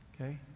okay